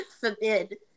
forbid